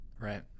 right